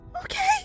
Okay